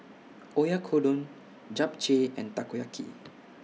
Oyakodon Japchae and Takoyaki